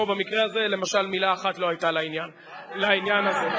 פה במקרה הזה, למשל, מלה אחת לא היתה לעניין הזה.